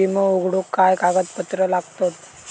विमो उघडूक काय काय कागदपत्र लागतत?